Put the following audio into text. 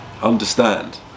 Understand